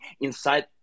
inside